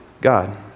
God